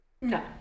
No